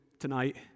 tonight